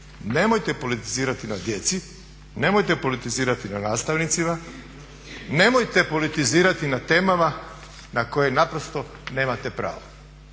nemojte politizirati na djeci, nemojte politizirati na nastavnicima, nemojte politizirati na temama na koje naprosto nemate pravo.